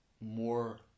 more